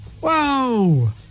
Whoa